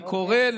אני קורא,